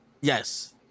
Yes